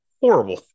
horrible